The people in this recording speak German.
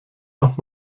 noch